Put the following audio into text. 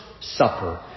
supper